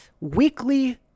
Weekly